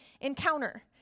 encounter